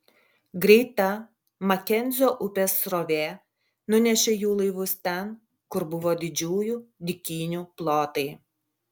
greita makenzio upės srovė nunešė jų laivus ten kur buvo didžiųjų dykynių plotai